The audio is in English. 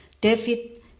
David